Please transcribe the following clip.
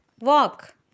Walk